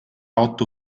otto